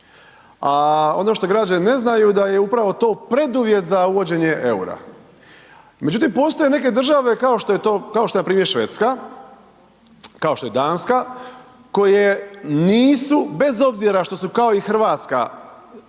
A ono što građani znaju da je upravo to preduvjet za uvođenje eura. Međutim postoje neke države kao što je npr. Švedska, kao što je Danska koje nisu bez obzira što su kao i Hrvatska